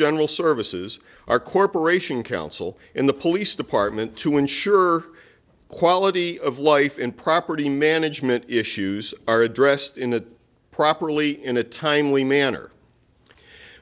general services our corporation counsel in the police department to ensure quality of life and property management issues are addressed in a properly in a timely manner